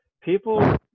People